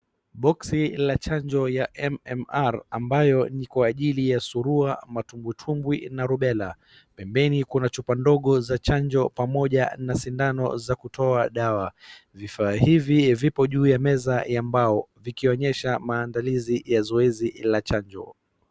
Boksi la chanjo ya MMR ambayo ni kwa ajili ya surua, matumbwitumbwi na rubela. Pembeni kuna chupa ndogo za chanjo pamoja na sindano za kutoa dawa. Vifaa hivi vipo juu ya meza ya mbao vikionyesha maandalizi ya zoezi la chanjo.